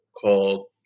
called